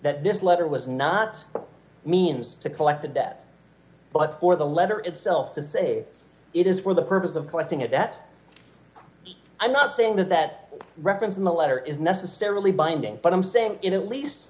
that this letter was not a means to collect a debt but for the letter itself to say it is for the purpose of collecting it that i'm not saying that that reference in the letter is necessarily binding but i'm saying it at least